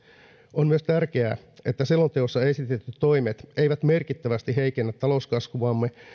on myös tärkeää että selonteossa esitetyt toimet eivät merkittävästi heikennä talouskasvuamme